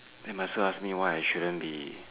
then my sir ask me why I shouldn't be